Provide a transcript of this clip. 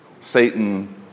Satan